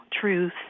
truth